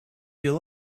you